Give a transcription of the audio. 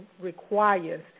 requires